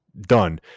done